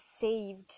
saved